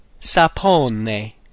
Sapone